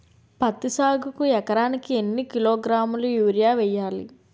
పత్తి సాగుకు ఎకరానికి ఎన్నికిలోగ్రాములా యూరియా వెయ్యాలి?